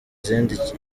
ikindi